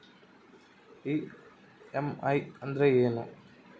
EMI ಅಂದ್ರೇನು?